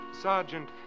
Sergeant